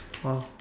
orh